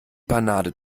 panade